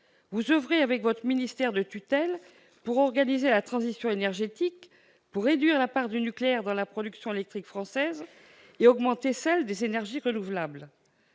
Vous oeuvrez avec votre ministère de tutelle pour organiser la transition énergétique, pour réduire la part du nucléaire dans la production électrique française et augmenter celle des énergies renouvelables.